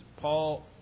Paul